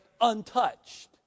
untouched